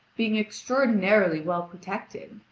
being extraordinarily well protected,